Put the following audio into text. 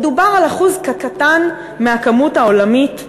מדובר על אחוז קטן מהכמות העולמית,